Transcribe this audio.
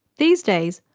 these days,